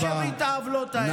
אל תאפשרי את העוולות האלה.